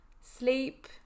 sleep